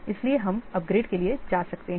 इसलिए हम अपग्रेड के लिए जा सकते हैं